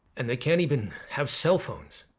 and they can't even have cell phones.